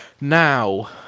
Now